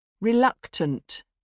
Reluctant